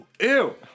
Ew